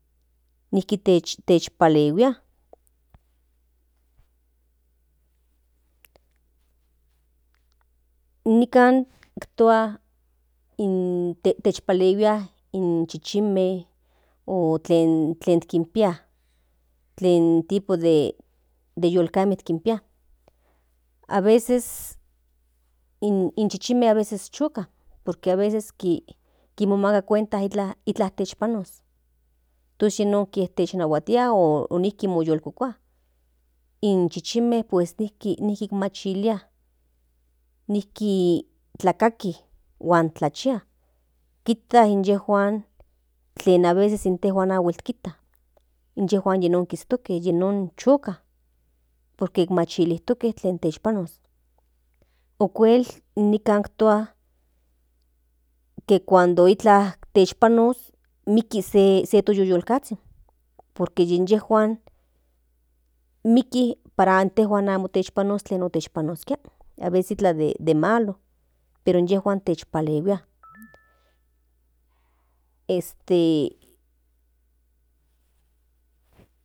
Niki tech techpalihuia nikan tua techpalihui in chichinme o tlen kinpia tlen tipo de yulkame kinpia aveces in chichime aveces choka por que aveces kinmomaka cuenta iklan techpanos tos yinon technahuatia o nijki moyolkokua in chichinme pues nijki kinmachilia nijki tlakaki huan tlachia kijta inyejuan tlen aveces intejuan amo kita inyejuan yinon kistoke yinon choka por que machilijtoke tlen techpanos okual nikan tua que cuando iklan techpanos miki se toyoyolkazhin por que yinyejuan miki para intejuan amo techpanoskia tlen techpanoskia aveces iklan de malo pero inyejuan techpalihuia este.